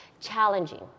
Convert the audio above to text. challenging